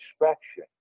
inspection